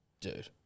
dude